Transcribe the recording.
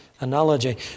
analogy